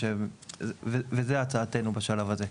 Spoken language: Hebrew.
זאת הצעתנו בשלב זה.